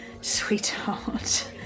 sweetheart